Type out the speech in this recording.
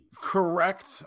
Correct